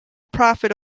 prophet